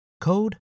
code